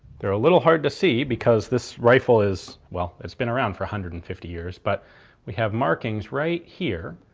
they're a little hard to see because this rifle is, well, it's been around for one hundred and fifty years, but we have markings right here.